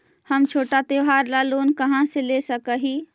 हम छोटा त्योहार ला लोन कहाँ से ले सक ही?